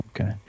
Okay